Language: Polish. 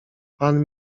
pan